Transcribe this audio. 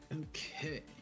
Okay